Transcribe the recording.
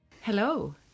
Hello